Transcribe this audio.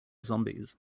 zombies